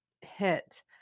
hit